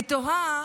אני תוהה